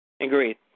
Agreed